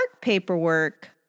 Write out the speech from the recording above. paperwork